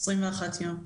21 יום.